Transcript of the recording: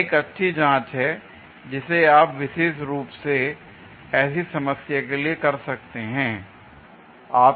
यह एक अच्छी जांच है जिसे आप विशेष रूप से ऐसी समस्या के लिए कर सकते हैं